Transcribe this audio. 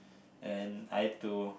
and I had to